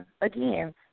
again